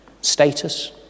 Status